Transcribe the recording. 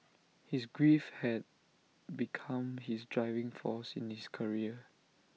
his grief had become his driving force in his career